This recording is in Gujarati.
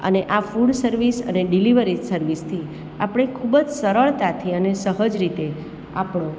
અને આ ફૂડ સર્વિસ અને ડિલેવરી સર્વિસથી આપણે ખૂબ જ સરળતાથી અને સહજ રીતે આપણો